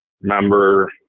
member